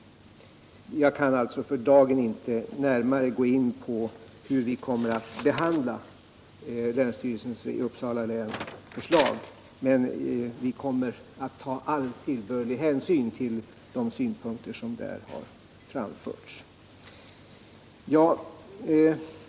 Jag kan alltså för dagen inte närmare gå in på hur vi kommer att behandla länsstyrelsens i Uppsala län förslag, men vi kommer att ta all tillbörlig hänsyn till de synpunkter som har framförts.